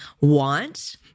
want